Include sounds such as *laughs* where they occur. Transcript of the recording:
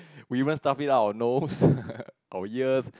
we even stuff it up our nose *laughs* our ears